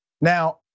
Now